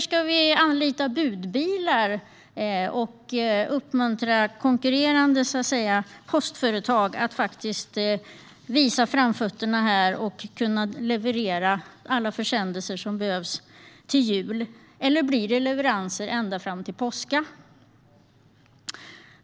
Ska vi anlita budföretag och uppmuntra konkurrerande postföretag att visa framfötterna genom att leverera alla försändelser till jul? Eller blir det leveranser ända fram till påska?